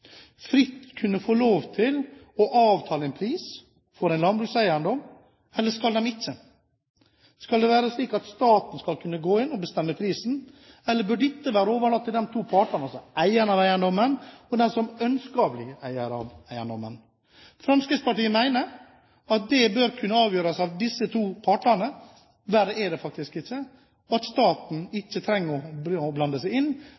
fritt kunne få lov til å avtale en pris for en landbrukseiendom, eller skal de ikke? Skal det være slik at staten skal kunne gå inn og bestemme prisen, eller bør dette være overlatt til de to partene, altså eieren av eiendommen, og den som ønsker å bli eier av eiendommen? Fremskrittspartiet mener at det bør kunne avgjøres av disse to partene, verre er det faktisk ikke, og at staten ikke trenger å blande seg inn